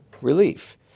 relief